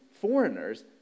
foreigners